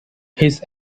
his